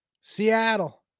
Seattle